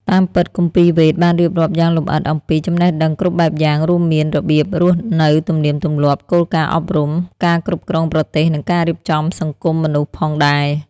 តាមពិត គម្ពីរ វេទ បានរៀបរាប់យ៉ាងលម្អិតអំពី ចំណេះដឹងគ្រប់បែបយ៉ាងរួមមាន របៀបរស់នៅ ទំនៀមទម្លាប់ គោលការណ៍អប់រំ ការគ្រប់គ្រងប្រទេស និងការរៀបចំសង្គមមនុស្ស ផងដែរ។